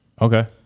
Okay